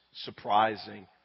surprising